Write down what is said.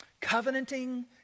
Covenanting